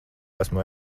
esmu